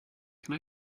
can